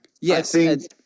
Yes